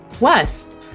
West